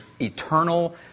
eternal